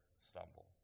stumble